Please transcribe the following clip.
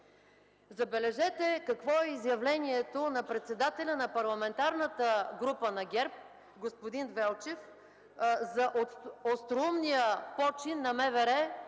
Забележете, какво е изявлението на председателя на Парламентарната група на ГЕРБ господин Велчев за остроумния почин на МВР